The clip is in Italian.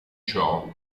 ciò